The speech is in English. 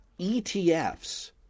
ETFs